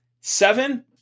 Seven